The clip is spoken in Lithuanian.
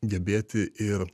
gebėti ir